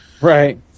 Right